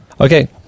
Okay